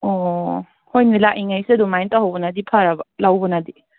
ꯑꯣ ꯍꯣꯏꯅꯦ ꯂꯥꯛꯏꯉꯩꯁꯤꯗ ꯑꯗꯨꯃꯥꯏ ꯇꯧꯍꯧꯕꯅꯗꯤ ꯐꯔꯕ ꯂꯧꯕꯅꯗꯤ